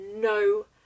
no